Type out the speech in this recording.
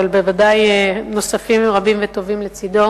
אבל בוודאי נוספים רבים וטובים לצדו